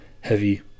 heavy